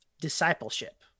discipleship